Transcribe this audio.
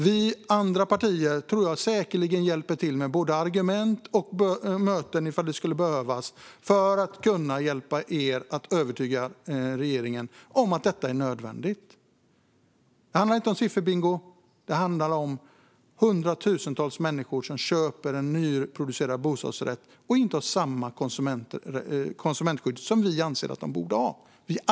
Vi andra partier tror jag säkerligen hjälper till med både argument och möten ifall det skulle behövas för att kunna hjälpa er att övertyga regeringen om att detta är nödvändigt. Det handlar inte om sifferbingo. Det handlar om hundratusentals människor som köper en nyproducerad bostadsrätt och inte har samma konsumentskydd som vi allihop anser att de borde ha.